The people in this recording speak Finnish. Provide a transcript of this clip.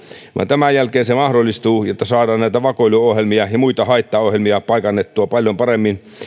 tämän jälkeen se mahdollistuu jotta saadaan näitä vakoiluohjelmia ja muita haittaohjelmia paikannettua paljon paremmin